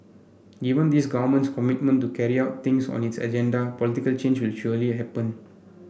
given this Government's commitment to carry out things on its agenda political change will surely happen